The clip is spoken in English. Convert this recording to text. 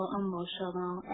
emotional